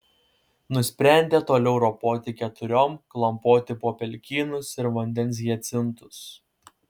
nusprendė toliau ropoti keturiom klampoti po pelkynus ir vandens hiacintus